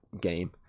game